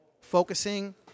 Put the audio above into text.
focusing